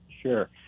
Sure